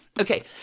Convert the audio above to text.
Okay